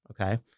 Okay